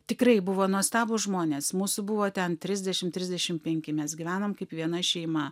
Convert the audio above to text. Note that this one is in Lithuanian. tikrai buvo nuostabūs žmonės mūsų buvo ten trisdešim trisdešim penki mes gyvenom kaip viena šeima